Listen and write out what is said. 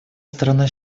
страна